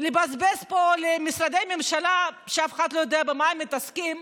לבזבז פה למשרדי ממשלה שאף אחד לא יודע במה הם מתעסקים,